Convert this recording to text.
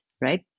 right